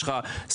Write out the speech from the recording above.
יש לך סניטרים?